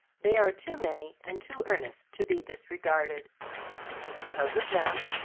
they are too many and too earnest to be disregarded and because of them,